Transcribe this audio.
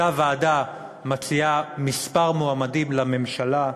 אותה ועדה מציעה כמה מועמדים לממשלה,